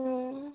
অঁ